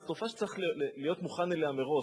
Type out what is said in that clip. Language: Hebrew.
זה תופעה שצריך להיות מוכן אליה מראש.